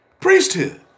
priesthood